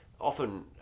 often